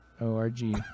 o-r-g